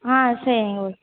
ஆ சரிங்க ஓகே